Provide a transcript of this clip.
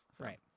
Right